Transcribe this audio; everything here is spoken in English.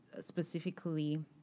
specifically